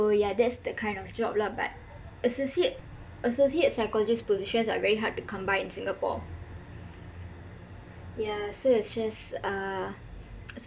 oh yah that's the kind of job lah but associate associates psychologists positions are very hard to come by in singapore yah so is just uh so